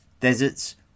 Deserts